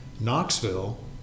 Knoxville